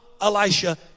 Elisha